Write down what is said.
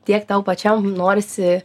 tiek tau pačiam norisi